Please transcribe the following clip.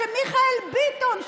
למיכאל ביטון,